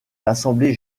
l’assemblée